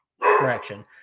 correction